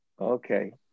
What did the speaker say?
Okay